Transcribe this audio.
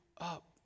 up